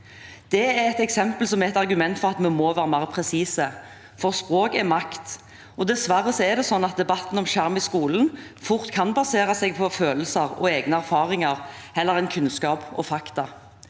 som er et argument for at vi må være mer presise, for språk er makt. Dessverre er det slik at debatten om skjerm i skolen fort kan basere seg på følelser og egne erfaringer heller enn kunnskap og fakta.